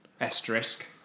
asterisk